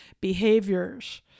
behaviors